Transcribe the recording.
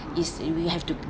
is we have to